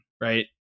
right